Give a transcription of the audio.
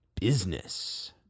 business